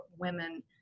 women